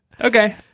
Okay